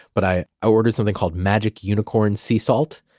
but i ah ordered something called magic unicorn sea salt.